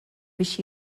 biex